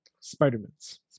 spider-mans